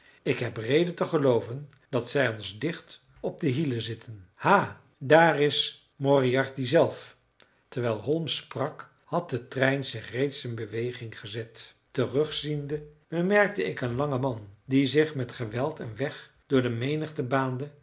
ik heb redenen te gelooven dat zij ons dicht op de hielen zitten ha daar is moriarty zelf terwijl holmes sprak had de trein zich reeds in beweging gezet terugziende bemerkte ik een langen man die zich met geweld een weg door de menigte baande